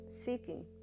seeking